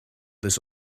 this